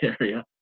area